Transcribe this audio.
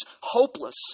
hopeless